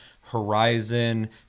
horizon